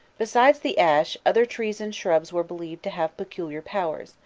besides the ash, other trees and shrubs were believed to have peculiar powers,